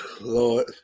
Lord